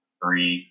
three